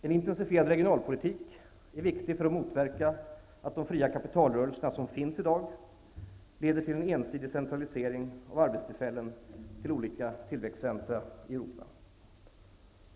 En intensifierad regionalpolitik är viktig för att motverka att de fria kapitalrörelser som finns i dag leder till en ensidig centralisering av arbetstillfällen till olika tillväxtcentra i Europa.